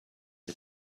the